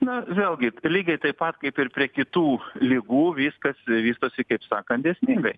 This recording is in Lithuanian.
na vėlgi lygiai taip pat kaip ir prie kitų ligų viskas vystosi kaip sakant dėsningai